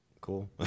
cool